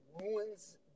ruins